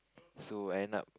so I end up